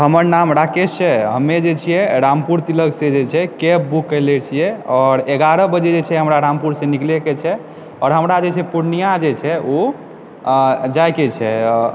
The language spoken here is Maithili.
हमर नाम राकेश छै हम रामपुर तिलकसँ कैब बुक केने छियै आओर एगारह बजे जे छै हमरा रामपुरसँ निकलैके छियै आओर हमरा जे छै पूर्णियाँ जे छै ओ जाइ के छै